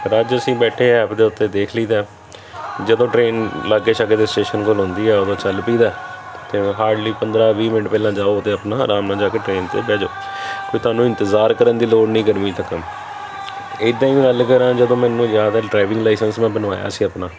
ਪਰ ਅੱਜ ਅਸੀਂ ਬੈਠੇ ਹੈ ਐਪ ਦੇ ਉੱਤੇ ਦੇਖ ਲਈਦਾ ਹੈ ਜਦੋਂ ਟਰੇਨ ਲਾਗੇ ਛਾਗੇ ਦੇ ਸਟੇਸ਼ਨ ਕੋਲ ਹੁੰਦੀ ਆ ਉਦੋਂ ਚੱਲ ਪਈਦਾ ਤਾਂ ਹਾਰਡਲੀ ਪੰਦਰ੍ਹਾਂ ਵੀਹ ਮਿੰਟ ਪਹਿਲਾਂ ਜਾਓ ਅਤੇ ਆਪਣਾ ਆਰਾਮ ਨਾਲ ਜਾ ਕੇ ਟ੍ਰੇਨ 'ਤੇ ਬਹਿ ਜਾਓ ਕੋਈ ਤੁਹਾਨੂੰ ਇੰਤਜ਼ਾਰ ਕਰਨ ਦੀ ਲੋੜ ਨਹੀਂ ਗਰਮੀ ਇੱਦਾਂ ਹੀ ਗੱਲ ਕਰਾਂ ਜਦੋਂ ਮੈਨੂੰ ਯਾਦ ਹੈ ਡਰਾਈਵਿੰਗ ਲਾਈਸੈਂਸ ਮੈਂ ਬਣਵਾਇਆ ਸੀ ਆਪਣਾ